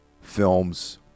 films